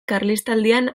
karlistaldian